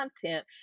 content